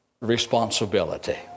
Responsibility